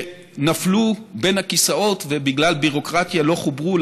שנפלו בין הכיסאות ובגלל ביורוקרטיה לא חוברו,